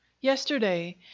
Yesterday